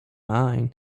mine